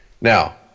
now